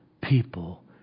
people